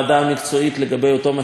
לגבי אותו מחקר אפידמיולוגי.